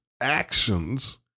actions